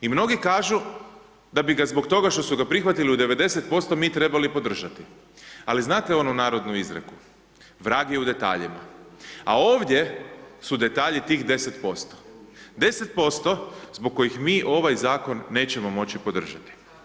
I mnogi kažu, da bi ga zbog toga što su ga prihvatili u 90% mi trebali podržati, ali znate, onu narodnu izreku, vrag je u detaljima, a ovdje su detalji tih 10%, 10% zbog kojih mi ovaj zakon nećemo moći podržati.